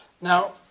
Now